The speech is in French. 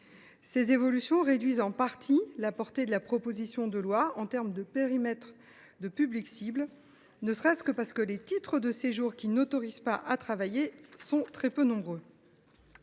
Ces évolutions réduisent en partie la portée de la proposition de loi, au travers du périmètre de public ciblé, ne serait ce que parce que les titres de séjour qui n’autorisent pas à travailler sont très rares.